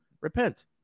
Repent